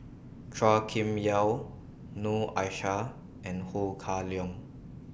Chua Kim Yeow Noor Aishah and Ho Kah Leong